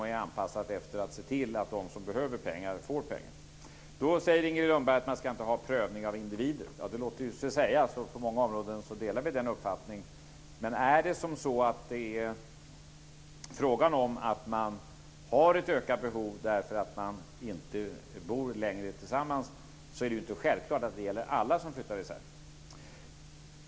Det är anpassat för att se till att de som behöver pengar får pengar. Inger Lundberg säger att man inte ska ha prövning av individer. Det låter sig sägas, och på många områden delar vi den uppfattningen. Men om det är fråga om att man har ett ökat behov därför att man inte längre bor tillsammans är det inte självklart att det gäller alla som flyttar isär.